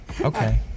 okay